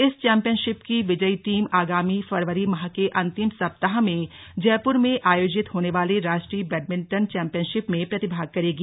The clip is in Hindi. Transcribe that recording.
इस चौंपियनशिप की विजयी टीम आगामी फरवरी माह के अन्तिम सप्ताह में जयपुर में आयोजित होने वाली राष्ट्रीय बैडमिंटन चौंपियनशिप में प्रतिभाग करेगी